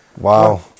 Wow